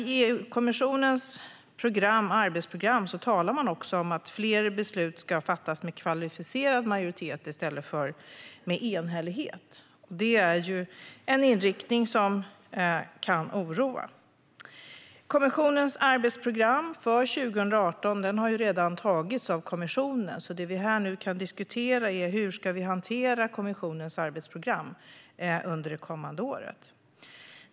I EU-kommissionens arbetsprogram talar man också om att fler beslut ska fattas med kvalificerad majoritet i stället för med enhällighet. Det är en inriktning som kan oroa. Kommissionens arbetsprogram för 2018 har redan antagits av kommissionen. Det som vi nu kan diskutera är hur vi ska hantera kommissionens arbetsprogram under det kommande året.